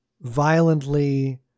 violently